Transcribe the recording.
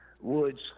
woods